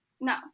No